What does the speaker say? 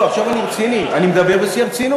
לא, לא, עכשיו אני רציני, אני מדבר בשיא הרצינות.